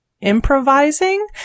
improvising